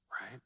right